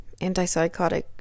antipsychotic